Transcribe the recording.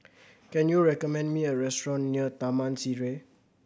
can you recommend me a restaurant near Taman Sireh